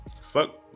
fuck